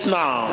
now